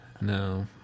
No